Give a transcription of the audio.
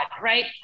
right